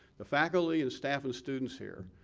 the faculty and staff and students here,